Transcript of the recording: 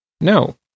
No